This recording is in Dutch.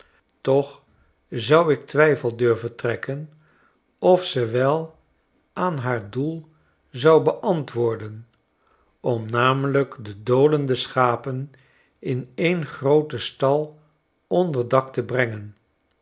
toch zou ik in twijfel durven trekkenofze wel aanhaar doel zou beantwoorden om namelijk de dolende schapen in een grooten stal onder dak te brengen